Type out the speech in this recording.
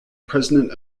president